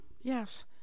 Yes